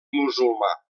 musulmà